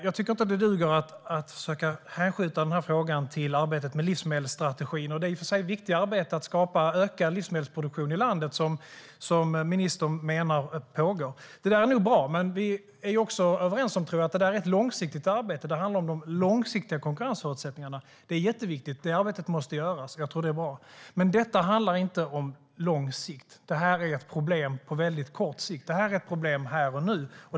Jag tycker inte att det duger att försöka hänvisa frågan till arbetet med livsmedelsstrategin. Det är i och för sig ett viktigt arbete att skapa ökad livsmedelsproduktion i landet, som ministern menar pågår. Det är nog bra, men jag tror att vi också är överens om att det är ett långsiktigt arbete. Det handlar om de långsiktiga konkurrensförutsättningarna. Det är jätteviktigt. Det arbetet måste göras. Jag tror att det är bra. Men detta handlar inte om lång sikt. Det här är ett problem på väldigt kort sikt. Det är ett problem här och nu.